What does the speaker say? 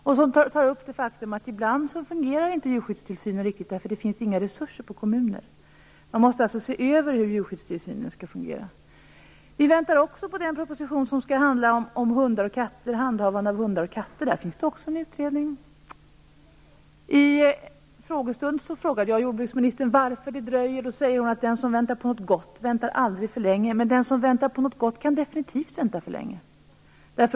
Den tar upp det faktum att djurskyddstillsynen ibland inte riktigt fungerar, eftersom det inte finns några resurser i kommunerna. Man måste alltså se över hur djurskyddstillsynen skall fungera. Vi väntar också på den proposition som skall handla om handhavande av hundar och katter. Där finns det också en utredning. Vid en frågestund frågade jag jordbruksministern varför det dröjer. Hon svarade att den som väntar på något gott aldrig väntar för länge. Men den som väntar på något gott kan definitivt vänta för länge.